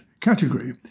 category